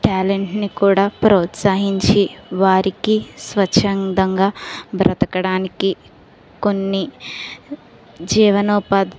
ట్యాలెంట్ని కూడా ప్రోత్సహించి వారికి స్వచ్ఛందంగా బ్రతకడానికి కొన్ని జీవనోపా